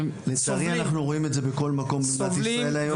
לצערי אנחנו רואים את זה בכל מקום במדינת ישראל היום.